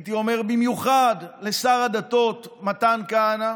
הייתי אומר, במיוחד לשר הדתות מתן כהנא,